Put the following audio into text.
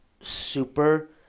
super